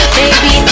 baby